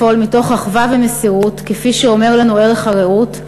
לפעול מתוך אחווה ומסירות כפי שאומר לנו ערך הרעות,